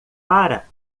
para